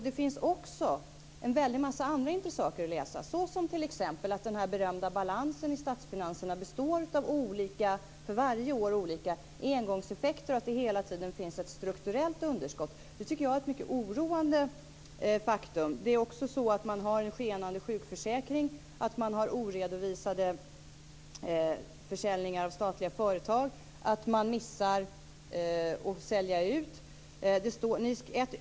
Det finns också en väldig massa andra intressanta saker att läsa, som t.ex. att den berömda balansen i statsfinanserna för varje år består av engångseffekter och att det hela tiden finns ett strukturellt underskott. Jag tycker att det är ett mycket oroande faktum. Man har också en skenande sjukförsäkring och oredovisade försäljningar av statliga företag. Man missar att sälja ut.